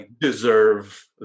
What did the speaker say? deserve